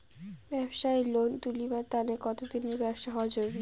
ব্যাবসার লোন তুলিবার তানে কতদিনের ব্যবসা হওয়া জরুরি?